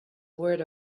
word